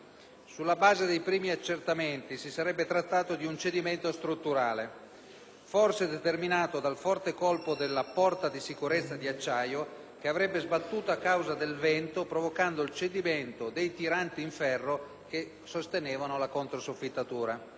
Sulla base dei primi accertamenti si sarebbe trattato di un cedimento strutturale, forse determinato dal forte colpo della porta di sicurezza di acciaio, che avrebbe sbattuto a causa del vento, provocando il cedimento dei tiranti in ferro che sostenevano la controsoffittatura.